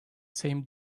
same